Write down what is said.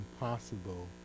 impossible